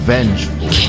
Vengeful